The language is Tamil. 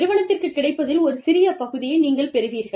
நிறுவனத்திற்குக் கிடைப்பதில் ஒரு சிறிய பகுதியை நீங்கள் பெறுவீர்கள்